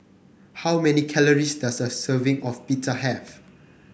how many calories does a serving of Pita have